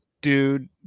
dude